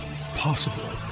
possible